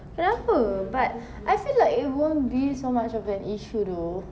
kenapa but I feel like it won't be so much of an issue though